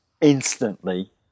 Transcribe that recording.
instantly